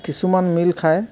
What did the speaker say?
কিছুমান মিল খায়